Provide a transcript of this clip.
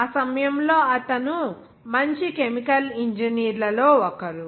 ఆ సమయంలో అతను మంచి కెమికల్ ఇంజనీర్లలో ఒకరు